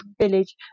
village